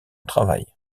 travail